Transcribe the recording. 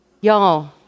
y'all